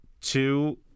Two